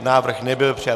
Návrh nebyl přijat.